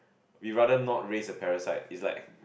we rather not raise a parasite is like